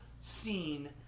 seen